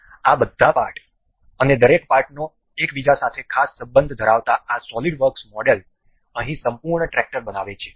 આ બધા પાર્ટ અને દરેક પાર્ટ નો એકબીજા સાથે ખાસ સંબંધ ધરાવતા આ સોલિડ વર્ક્સ મોડેલ અહીં સંપૂર્ણ ટ્રેક્ટર બનાવે છે